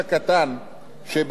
שבאמת צריך עורך-דין,